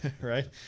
Right